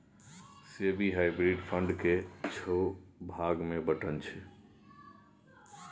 SEBI hybrid fund केँ छओ भाग मे बँटने छै